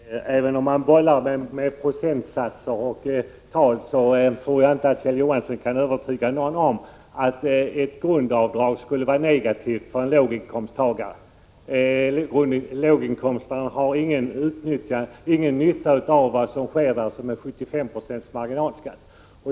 Herr talman! Även om Kjell Johansson bollar med procentsater och olika tal, tror jag inte att han kan övertyga någon om att ett grundavdrag skulle vara negativt för en låginkomsttagare. Låginkomsttagarna har ju ingen nytta av vad som sker vid 75 90 marginalskatt.